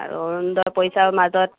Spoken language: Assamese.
আৰু অৰুণোদয় পইচাও মাজত